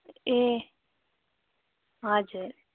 ए हजुर